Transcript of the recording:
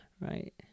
right